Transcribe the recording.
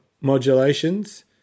modulations